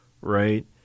right